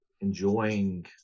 enjoying